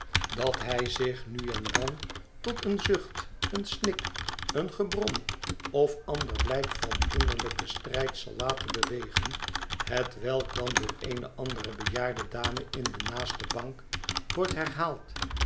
dat hij zich nu en dan tot een zucht een snik een gebrom of ander blijk van innerlijken strijd zal laten bewegen hetwelk dan door eene andere bejaarde dame in de naaste bank wordt herhaald